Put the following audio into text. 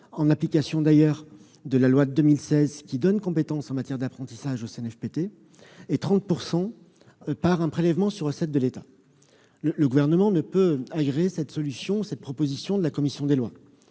en application de la loi de 2016 qui lui donne compétence en matière d'apprentissage, et 30 % par un prélèvement sur recettes de l'État. Le Gouvernement ne peut agréer cette proposition de la commission des lois.